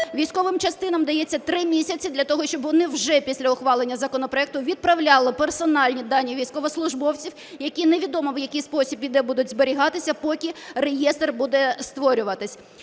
Військовим частинам дається 3 місяці для того, щоб вони вже після ухвалення законопроекту відправляли персональні дані військовослужбовців, які невідомо в який спосіб і де будуть зберігатися, поки реєстр буде створюватись.